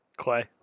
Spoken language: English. clay